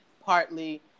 partly